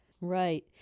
Right